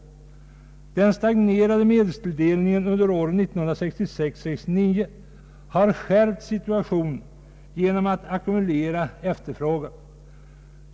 Den stagnerade medelstilldelningen under åren 1966— 1969 har skärpt situationen genom att ackumulera efterfrågan.